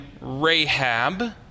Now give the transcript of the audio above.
Rahab